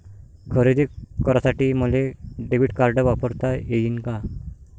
खरेदी करासाठी मले डेबिट कार्ड वापरता येईन का?